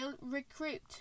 recruit